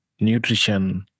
nutrition